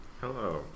Hello